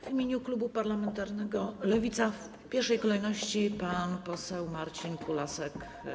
W imieniu klubu parlamentarnego Lewica w pierwszej kolejności wystąpi pan poseł Marcin Kulasek.